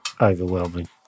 overwhelming